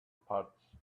parts